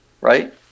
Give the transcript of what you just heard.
right